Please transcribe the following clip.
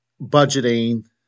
budgeting